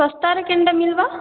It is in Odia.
ଶସ୍ତାରେ କେନଟା ମିଲବା